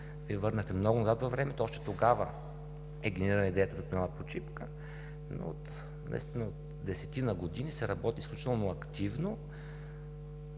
ме върнахте много назад във времето, още тогава е генерирана идеята за тунела под Шипка, но наистина от десетина години се работи изключително активно.